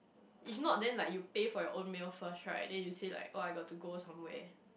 if not then like you pay for your own meal first right then you say like oh I got to go somewhere